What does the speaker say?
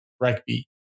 rugby